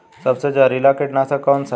सबसे जहरीला कीटनाशक कौन सा है?